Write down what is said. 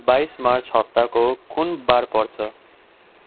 बाइस मार्च हप्ताको कुन वार पर्छ